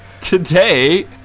Today